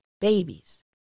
babies